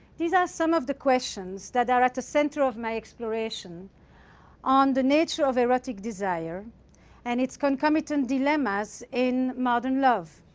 these are some of the questions that are at the center of my exploration on the nature of erotic desire and its concomitant dilemmas in modern love.